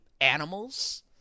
animals